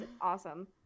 Awesome